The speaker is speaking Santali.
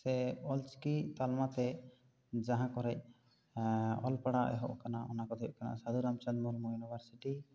ᱥᱮ ᱚᱞ ᱪᱤᱠᱤ ᱛᱟᱞᱢᱟ ᱛᱮ ᱡᱟᱦᱟᱸ ᱠᱚᱨᱮ ᱚᱞ ᱯᱟᱲᱦᱟᱣ ᱮᱛᱚᱦᱚᱵ ᱟᱠᱟᱱᱟ ᱚᱱᱟ ᱠᱚ ᱫᱚ ᱦᱩᱭᱩᱜ ᱠᱟᱱᱟ ᱥᱟᱹᱫᱷᱩ ᱨᱟᱢᱪᱟᱸᱫᱽ ᱢᱩᱨᱢᱩ ᱭᱩᱱᱤᱵᱷᱟᱨᱥᱤᱴᱤ